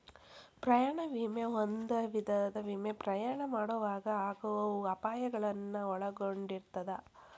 ಪ್ರಯಾಣ ವಿಮೆ ಒಂದ ವಿಧದ ವಿಮೆ ಪ್ರಯಾಣ ಮಾಡೊವಾಗ ಆಗೋ ಅಪಾಯಗಳನ್ನ ಒಳಗೊಂಡಿರ್ತದ